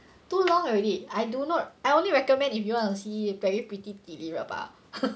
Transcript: too long already I do not I only recommend if you want to see very pretty 迪丽热巴 haha